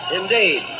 indeed